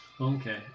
Okay